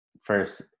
first